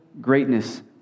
greatness